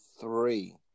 three